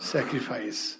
Sacrifice